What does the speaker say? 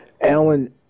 Alan